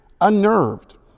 unnerved